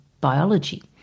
biology